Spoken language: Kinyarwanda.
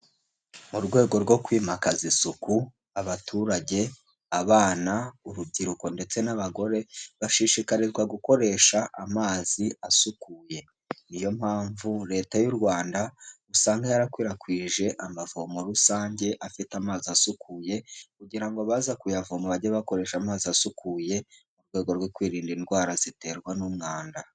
Mu rwego rwo kwimakaza isuku abaturage, abana, urubyiruko ndetse n'abagore, bashishikarizwa gukoresha amazi asukuye, niyo mpamvu Leta y'u Rwanda, usanga yarakwirakwije amavomo rusange afite amazi asukuye, kugira ngo abaza kuyavoma bajye bakoresha amazi asukuye, mu rwego rwo kwirinda indwara ziterwa n'umwanda.